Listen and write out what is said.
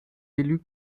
élus